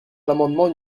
l’amendement